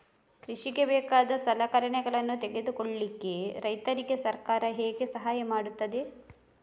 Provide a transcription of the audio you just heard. ಕೃಷಿಗೆ ಬೇಕಾದ ಸಲಕರಣೆಗಳನ್ನು ತೆಗೆದುಕೊಳ್ಳಿಕೆ ರೈತರಿಗೆ ಸರ್ಕಾರ ಹೇಗೆ ಸಹಾಯ ಮಾಡ್ತದೆ?